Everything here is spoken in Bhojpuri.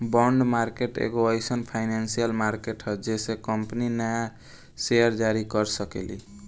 बॉन्ड मार्केट एगो एईसन फाइनेंसियल मार्केट ह जेइसे कंपनी न्या सेयर जारी कर सकेली